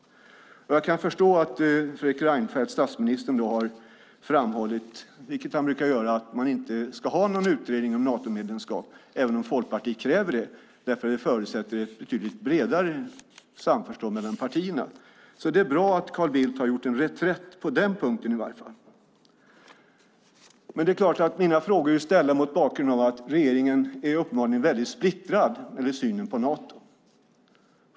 Jag kan förstå att statsminister Fredrik Reinfeldt har framhållit, vilket han brukar göra, att man inte ska ha någon utredning om Natomedlemskap även om Folkpartiet kräver det, för det förutsätter ett betydligt bredare samförstånd mellan partierna. Det är alltså bra att Carl Bildt har gjort en reträtt i varje fall på den punkten. Det är klart att mina frågor är ställda mot bakgrund av att regeringen uppenbarligen är väldigt splittrad när det gäller synen på Nato.